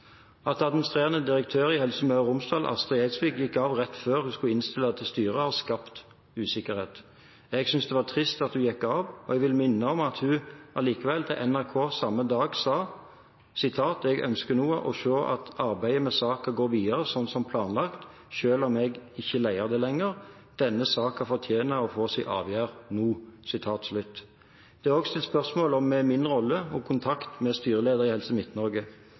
At administrerende direktør i Helse Møre og Romsdal, Astrid Eidsvik, gikk av rett før hun skulle innstille til styret, har skapt usikkerhet. Jeg synes det var trist at hun gikk av, og jeg vil minne om at hun allikevel sa til NRK samme dag: «Eg ønskjer no å sjå at arbeidet med saka går vidare slik det er planlagt, sjølv om eg ikkje leiar det lenger. Denne saka fortener å få si avgjerd no.» Det er også stilt spørsmål ved min rolle og kontakt med styreleder i Helse